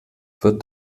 wird